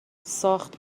ساخت